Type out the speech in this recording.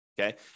okay